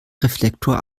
reflektor